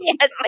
Yes